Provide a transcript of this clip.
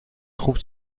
خوب